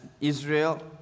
Israel